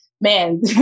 man